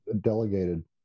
delegated